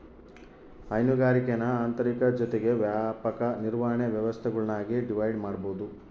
ಹೈನುಗಾರಿಕೇನ ಆಂತರಿಕ ಜೊತಿಗೆ ವ್ಯಾಪಕ ನಿರ್ವಹಣೆ ವ್ಯವಸ್ಥೆಗುಳ್ನಾಗಿ ಡಿವೈಡ್ ಮಾಡ್ಬೋದು